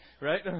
right